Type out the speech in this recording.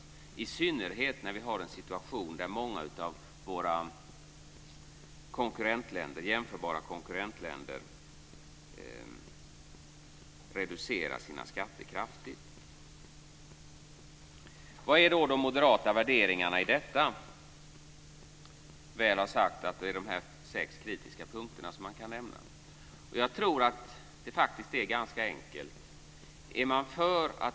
Det gäller i synnerhet när vi har en situation där många av våra jämförbara konkurrentländer reducerar sina skatter kraftigt. Vad är då de moderata värderingarna i detta, när jag väl har nämnt de sex kritiska punkterna? Jag tror att det är ganska enkelt.